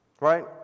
right